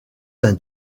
d’un